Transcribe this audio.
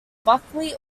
buckwheat